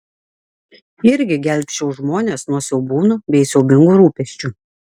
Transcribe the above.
irgi gelbsčiu žmones nuo siaubūnų bei siaubingų rūpesčių